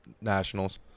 Nationals